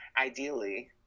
Ideally